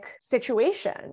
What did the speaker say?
situation